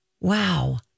Wow